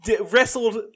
wrestled